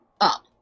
up